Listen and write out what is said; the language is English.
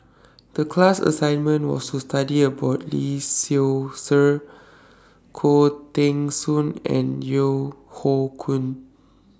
The class assignment was to study about Lee Seow Ser Khoo Teng Soon and Yeo Hoe Koon